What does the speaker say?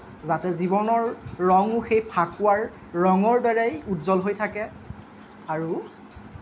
যাতে জীৱনৰ ৰঙো সেই ফাকুৱাৰ ৰঙৰ দৰেই উজ্জ্ৱল হৈ থাকে আৰু